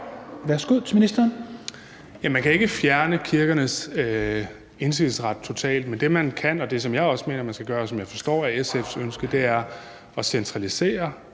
Dybvad Bek): Man kan ikke fjerne kirkernes indsigelsesret totalt, men det, man kan, og det, som jeg også mener man skal gøre, og som jeg forstår er SF's ønske, er at centralisere